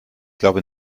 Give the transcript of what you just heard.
glaube